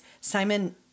simon